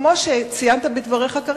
כמו שציינת כרגע בדבריך,